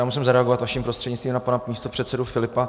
Musím zareagovat vaším prostřednictvím na pana místopředsedu Filipa.